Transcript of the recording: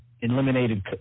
eliminated